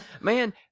Man